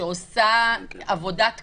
שעושה עבודת קודש,